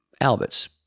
Albert's